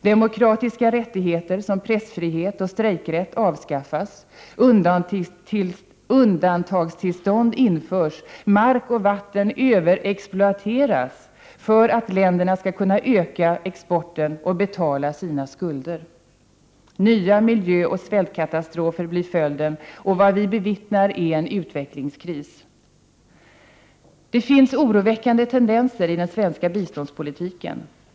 Demokratiska rättigheter som pressfrihet och strejkrätt avskaffas, undantagstillstånd införs, mark och vatten överexploateras för att länderna skall kunna öka exporten och betala sina skulder. Nya miljöoch svältkatastrofer blir följden. Vad vi bevittnar är en utvecklingskris. Det finns oroväckande tendenser i den svenska biståndspolitiken.